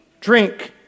drink